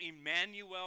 Emmanuel